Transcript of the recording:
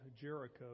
Jericho